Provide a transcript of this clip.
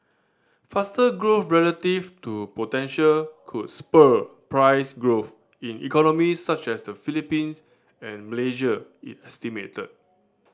faster growth relative to potential could spur price growth in economies such as the Philippines and Malaysia it estimated